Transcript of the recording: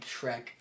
Shrek